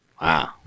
Wow